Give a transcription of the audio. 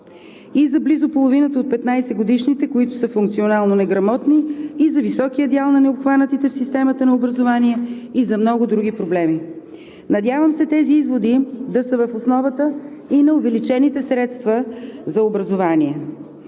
и за близо половината от 15-годишните, които са функционално неграмотни, и за високия дял на необхванатите в системата на образованието, и за много други проблеми. Надявам се тези изводи да са в основата и на увеличените средства за образование.